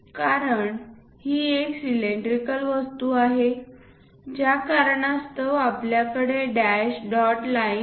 कारण ही एक सिलेंड्रिकल वस्तू आहे ज्या कारणास्तव आपल्याकडे डॅश डॉट लाइन आहे